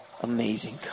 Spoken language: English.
amazing